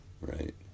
Right